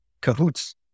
cahoots